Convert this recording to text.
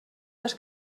les